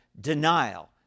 denial